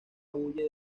huye